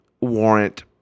warrant